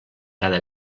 cada